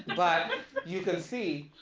but you can see